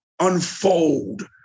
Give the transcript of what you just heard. unfold